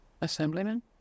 Assemblyman